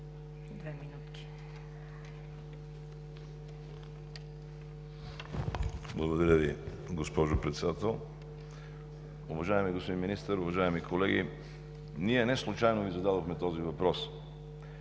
за България): Благодаря Ви, госпожо Председател. Уважаеми господин Министър, уважаеми колеги! Ние неслучайно Ви зададохме този въпрос.